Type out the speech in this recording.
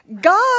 God